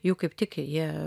jų kaip tik jie